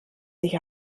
sich